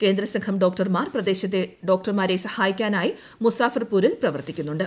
കേന്ദ്രസംഘം ഡോക്ടർമാർ പ്രദേശത്തെ ഡോക്ടർമാരെ സഹായിക്കാനായി മുസാഫർപൂരിൽ പ്രവർത്തിക്കുന്നുണ്ട്